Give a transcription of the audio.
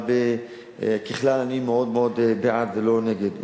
אבל ככלל אני מאוד מאוד בעד, ולא נגד.